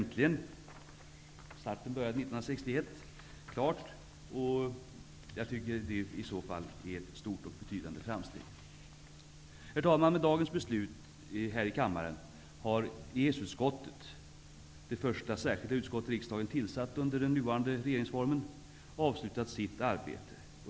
Starten gick 1961. Jag tycker att det i så fall är ett stort och betydande framsteg. Herr talman! Med dagens beslut här i kammaren har EES-utskottet, det första särskilda utskott riksdagen tillsatt under den nuvarande regeringsformen, avslutat sitt arbete.